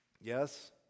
Yes